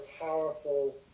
powerful